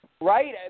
right